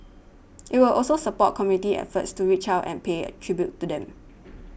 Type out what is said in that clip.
it will also support community efforts to reach out and pay tribute to them